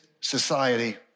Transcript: society